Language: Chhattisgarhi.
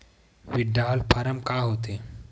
विड्राल फारम का होथे?